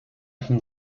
from